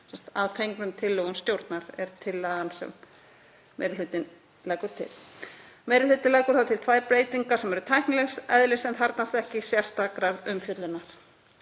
„að fengnum tillögum stjórnar“, það er tillagan sem meiri hlutinn leggur til. Meiri hlutinn leggur til tvær breytingar sem eru tæknilegs eðlis sem þarfnast ekki sérstakrar umfjöllunar.